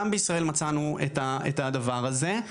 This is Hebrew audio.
גם בישראל מצאנו את הדבר הזה.